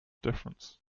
difference